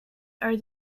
are